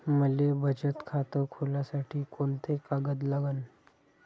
मले बचत खातं खोलासाठी कोंते कागद लागन?